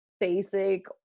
basic